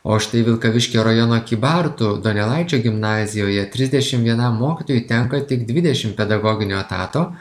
o štai vilkaviškio rajono kybartų donelaičio gimnazijoje trisdešim vienam mokytojui tenka tik dvidešim pedagoginio etato